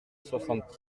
soixante